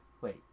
Wait